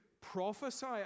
prophesy